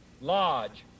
large